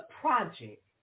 project